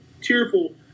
tearful